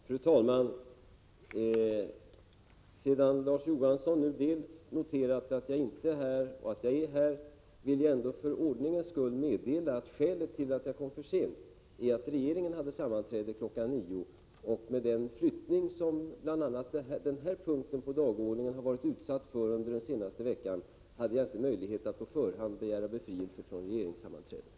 Fru talman! Sedan Larz Johansson noterade både att jag inte var här och att jag är här, vill jag för ordningens skull meddela att skälet till att jag kom för sent är att regeringen hade sammanträde kl. 9. Med den flyttning som bl.a. denna punkt på dagordningen har varit utsatt för under den senaste veckan hade jag inte möjlighet att på förhand begära befrielse från regeringssammanträdet.